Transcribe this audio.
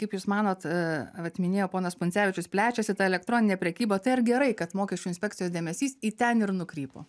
kaip jūs manot vat minėjo ponas puncevičius plečiasi ta elektroninė prekyba tai ar gerai kad mokesčių inspekcijos dėmesys į ten ir nukrypo